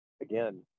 again